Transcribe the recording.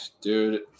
Dude